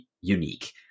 unique